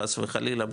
חס וחלילה,